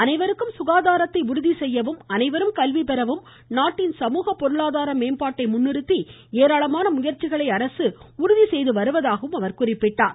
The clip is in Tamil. அனைவருக்கும் சுகாதாரத்தை உறுதி செய்யவும் அனைவரும் கல்வி பெறவும் நாட்டின் சமூக பொருளாதார மேம்பாட்டை முன்னிறுத்தி ஏராளமான முயற்சிகளை அரசு உறுதி செய்து வருவதாகவும் தெரிவித்தார்